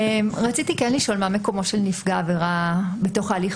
רציתי לשאול מה מקומו של נפגע עבירה בתוך ההליך